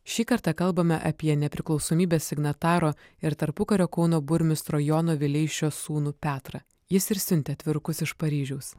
šį kartą kalbame apie nepriklausomybės signataro ir tarpukario kauno burmistro jono vileišio sūnų petrą jis ir siuntė atvirukus iš paryžiaus